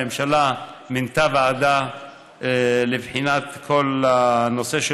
הממשלה מינתה ועדה לבחינת כל הנושא של